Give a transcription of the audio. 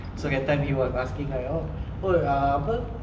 so that time he was asking like oh ah ape